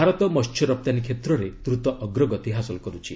ଭାରତ ମହ୍ୟ ରପ୍ତାନୀ କ୍ଷେତ୍ରରେ ଦ୍ରୁତ ଅଗ୍ରଗତି ହାସଲ କରୁଛି